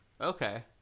Okay